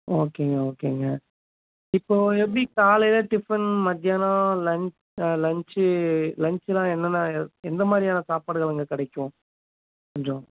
ஓகேங்க ஓகேங்க இப்போது எப்படி காலையில் டிஃபன் மத்யானம் லஞ் லஞ்ச்சு லஞ்ச்சுலாம் என்னென்ன எந்த மாதிரியான சாப்பாடுகள் அங்கே கிடைக்கும் கொஞ்சம்